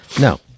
No